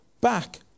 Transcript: back